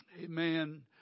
Amen